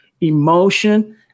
emotion